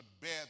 bear